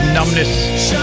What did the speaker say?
Numbness